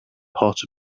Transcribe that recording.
part